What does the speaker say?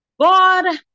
God